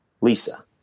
Lisa